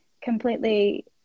completely